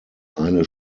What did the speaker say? eine